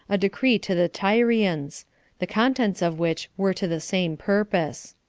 a decree to the tyrians the contents of which were to the same purpose.